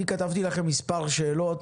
אני כתבתי לכם מספר שאלות,